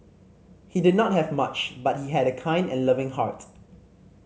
he did not have much but he had a kind and loving heart